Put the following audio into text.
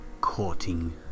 Courting